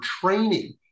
training